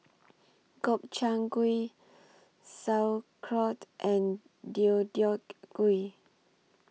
Gobchang Gui Sauerkraut and Deodeok Gui